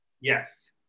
Yes